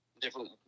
different